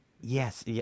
Yes